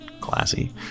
Classy